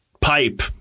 pipe